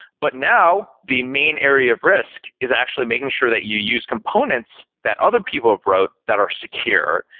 but now, the main area of risk is actually making sure that you use components that other people have wrote that are secure,